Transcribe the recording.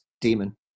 Demon